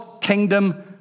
kingdom